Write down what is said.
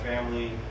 family